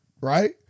right